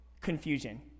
confusion